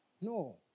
No